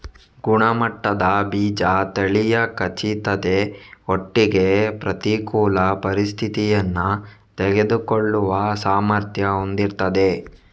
ಗುಣಮಟ್ಟದ ಬೀಜ ತಳಿಯ ಖಚಿತತೆ ಒಟ್ಟಿಗೆ ಪ್ರತಿಕೂಲ ಪರಿಸ್ಥಿತಿಯನ್ನ ತಡೆದುಕೊಳ್ಳುವ ಸಾಮರ್ಥ್ಯ ಹೊಂದಿರ್ತದೆ